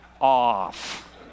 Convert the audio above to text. off